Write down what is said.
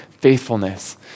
faithfulness